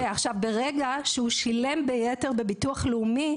ברגע שהוא שילם ביתר בביטוח הלאומי